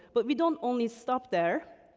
but we don't only stop there,